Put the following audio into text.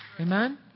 Amen